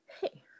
hey